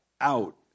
out